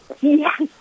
yes